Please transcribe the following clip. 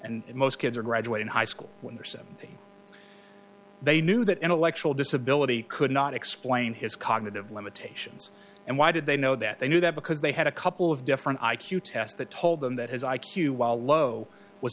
and most kids are graduating high school when they knew that intellectual disability could not explain his cognitive limitations and why did they know that they knew that because they had a couple of different i q tests that told them that his i q while low was